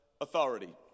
authority